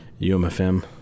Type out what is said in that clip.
UMFM